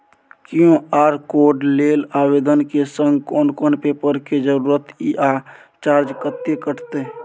QR code लेल आवेदन के संग कोन कोन पेपर के जरूरत इ आ चार्ज कत्ते कटते?